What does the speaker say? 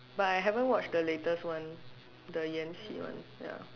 but I haven't watched the latest one the Yan-Xi one ya